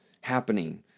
happening